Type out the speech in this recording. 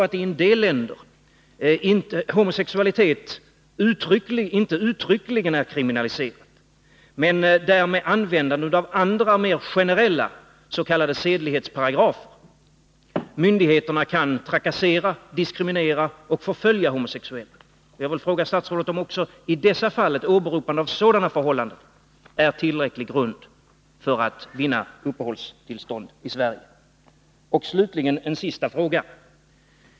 Ten del länder är homosexualitet inte uttryckligen kriminaliserad, men där kan myndigheterna genom användande av andra, mer generella s.k. sedlighetsparagrafer trakassera, diskriminera och förfölja homosexuella. Jag vill fråga statsrådet om också åberopandet av sådana förhållanden är tillräcklig grund för att en person skall kunna vinna uppehållstillstånd i Sverige. Slutligen vill jag ställa en sista fråga.